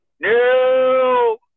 No